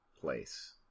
place